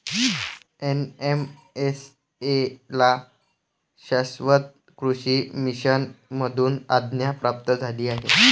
NMSA ला शाश्वत कृषी मिशन मधून आज्ञा प्राप्त झाली आहे